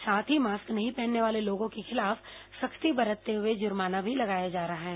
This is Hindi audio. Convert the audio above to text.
साथ ही मास्क नहीं पहनने वाले लोगों के खिलाफ सख्ती बरतते हुए जुर्माना भी लगाया जा रहा है